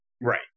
Right